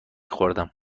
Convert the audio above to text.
خوردم